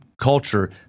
culture